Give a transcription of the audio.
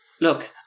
Look